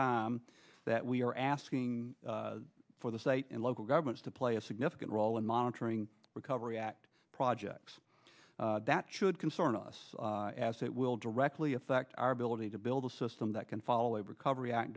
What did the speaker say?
time that we are asking for the state and local governments to play a significant role in monitoring recovery act projects that should concern us as it will directly affect our ability to build a system that can follow the recovery act